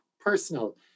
personal